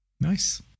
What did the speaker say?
Nice